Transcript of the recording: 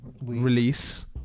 release